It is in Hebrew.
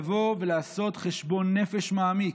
לעשות חשבון נפש מעמיק.